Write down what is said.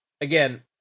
again